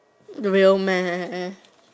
real meh